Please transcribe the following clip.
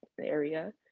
area